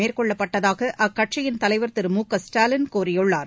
மேற்கொள்ளப்பட்டதாக அக்கட்சியின் தலைவர் திரு மு க ஸ்டாலின் கூறியுள்ளார்